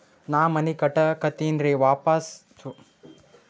ನಾ ಮನಿ ಕಟಕತಿನಿ ಆವಾಸ್ ಯೋಜನದಾಗ ಏನರ ಸಬ್ಸಿಡಿ ಸಿಗ್ತದೇನ್ರಿ?